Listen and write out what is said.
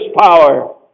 power